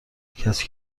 کسی